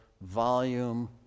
volume